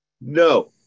No